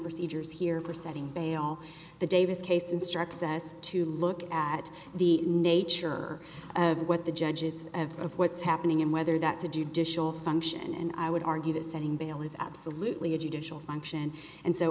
procedures here for setting bail the davis case instructs us to look at the nature of what the judges of what's happening and whether that's a judicial function and i would argue that setting bail is absolutely a judicial function and so